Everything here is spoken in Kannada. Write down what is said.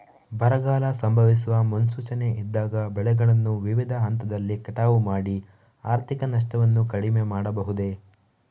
ಬರಗಾಲ ಸಂಭವಿಸುವ ಮುನ್ಸೂಚನೆ ಇದ್ದಾಗ ಬೆಳೆಗಳನ್ನು ವಿವಿಧ ಹಂತದಲ್ಲಿ ಕಟಾವು ಮಾಡಿ ಆರ್ಥಿಕ ನಷ್ಟವನ್ನು ಕಡಿಮೆ ಮಾಡಬಹುದೇ?